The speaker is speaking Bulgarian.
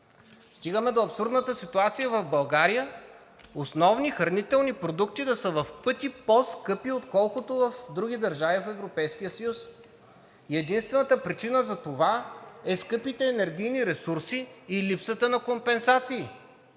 Стигаме до абсурдната ситуация в България основни хранителни продукти да са в пъти по-скъпи, отколкото в други държави в Европейския съюз. Единствената причина за това са скъпите енергийни ресурси и липсата на компенсации.